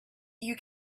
you